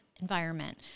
environment